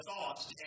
thoughts